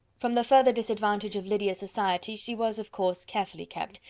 from the further disadvantage of lydia's society she was of course carefully kept,